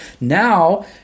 now